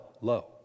low